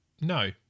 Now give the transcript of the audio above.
no